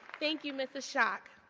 thank you, mrs. shock.